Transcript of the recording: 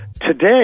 Today